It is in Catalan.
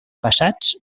passats